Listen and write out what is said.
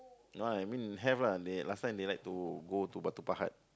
no I mean have lah they last time they like go to Batu-Pahat